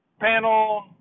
panel